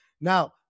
Now